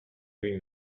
lui